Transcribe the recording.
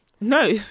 No